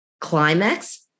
climax